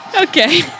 Okay